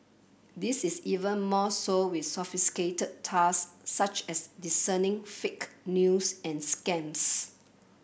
this is even more so with sophisticated task such as discerning fake news and scams